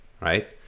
right